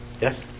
Yes